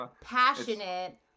passionate